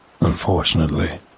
unfortunately